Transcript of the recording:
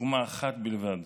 דוגמה אחת בלבד,